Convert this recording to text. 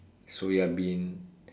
soya bean